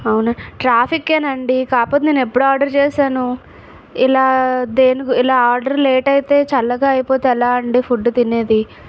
అవునా ట్రాఫీక్కే అండి కాకపోతే నేను ఎప్పుడు ఆర్డర్ చేశాను ఇలా దే ఇలా ఆర్డర్ లేట్ అయితే చల్లగా అయిపోతే ఎలా అండి ఫుడ్ తినేది